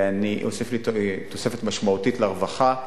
ואני אוסיף תוספת משמעותית לרווחה.